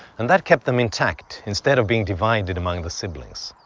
and that kept them intact, instead of being divided among the siblings.